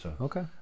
Okay